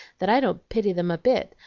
that i don't pity them a bit,